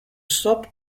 soft